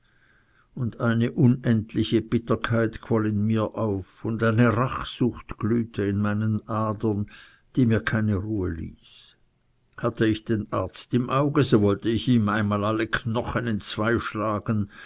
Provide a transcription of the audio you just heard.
und eine unendliche bitterkeit quoll in mir auf und eine rachsucht glühte in meinen adern die mir keine ruhe ließ hatte ich den arzt im auge so wollte ich ihm einmal alle knochen entzwei schlagen